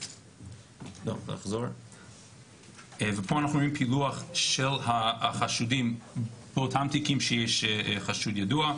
פה אנחנו רואים פילוח של החשודים באותם תיקים שיש חשוד ידוע: